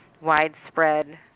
widespread